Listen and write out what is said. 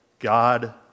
God